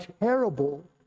terrible